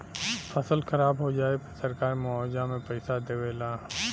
फसल खराब हो जाये पे सरकार मुआवजा में पईसा देवे ला